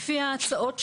לפי ההצעות,